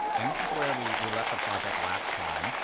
and this is where we we left the project last time.